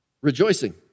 Rejoicing